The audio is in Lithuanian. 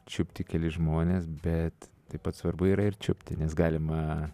čiupti keli žmonės bet taip pat svarbu yra ir čiupti nes galima